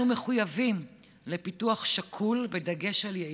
אנחנו מחויבים לפיתוח שקול, בדגש על יעילות.